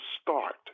start